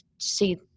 see